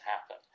happen